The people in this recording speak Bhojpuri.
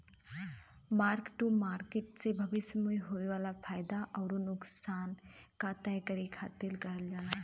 मार्क टू मार्किट से भविष्य में होये वाला फयदा आउर नुकसान क तय करे खातिर करल जाला